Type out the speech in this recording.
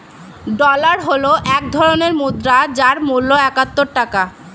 dollar হল এক ধরনের মুদ্রা যার মূল্য একাত্তর টাকা